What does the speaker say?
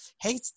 hey